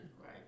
Right